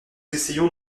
essayons